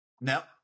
Nope